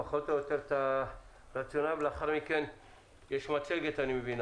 את הרציונל ולאחר מכן תוצג מצגת.